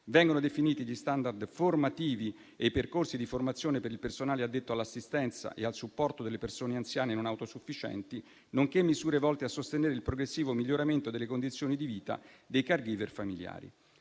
Vengono definiti gli *standard* formativi e i percorsi di formazione per il personale addetto all'assistenza e al supporto delle persone anziane non autosufficienti, nonché misure volte a sostenere il progressivo miglioramento delle condizioni di vita dei *caregiver* familiari.